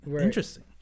interesting